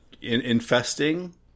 infesting